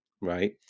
right